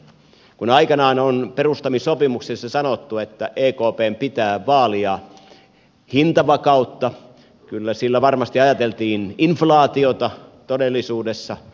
kun aikanaan on perustamissopimuksessa sanottu että ekpn pitää vaalia hintavakautta kyllä siinä varmasti ajateltiin inflaatiota todellisuudessa